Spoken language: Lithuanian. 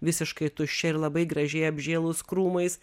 visiškai tuščia ir labai gražiai apžėlus krūmais